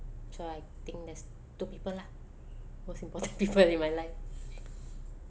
so I think there's two people lah most important people in my life